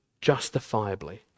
justifiably